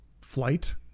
flight